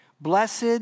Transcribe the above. Blessed